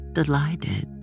Delighted